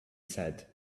said